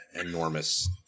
enormous